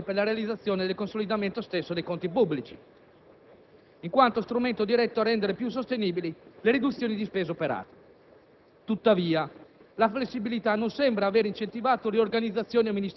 Tale flessibilità è stata presentata come condizione per la realizzazione e il consolidamento stesso dei conti pubblici in quanto strumento diretto a rendere più sostenibili le riduzioni di spesa operate.